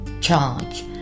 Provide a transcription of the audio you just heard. charge